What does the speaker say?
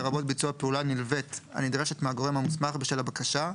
לרבות ביצוע פעולה נלווית הנדרשת מהגורם המוסמך בשל הבקשה,